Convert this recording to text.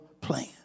plan